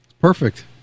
perfect